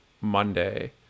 Monday